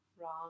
wrong